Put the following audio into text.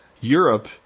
Europe